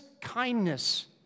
kindness